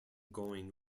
going